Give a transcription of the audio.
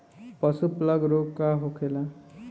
पशु प्लग रोग का होखेला?